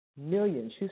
millions